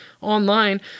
online